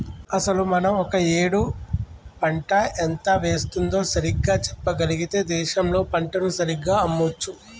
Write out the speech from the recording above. అసలు మనం ఒక ఏడు పంట ఎంత వేస్తుందో సరిగ్గా చెప్పగలిగితే దేశంలో పంటను సరిగ్గా అమ్మొచ్చు